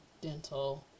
dental